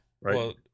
Right